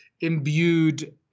imbued